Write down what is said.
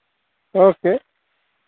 okay